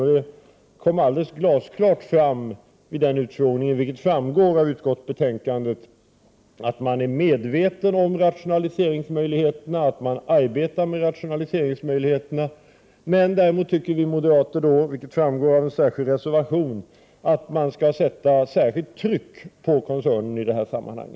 Vid denna utfrågning kom det på ett glasklart sätt fram, vilket framgår av utskottsbetänkandet, att koncernens ledning är medveten om rationaliseringsmöjligheterna och att man arbetar med dem. Men vi moderater anser, vilket framgår av reservation 10, att ett särskilt tryck skall sättas på koncernen i detta sammanhang.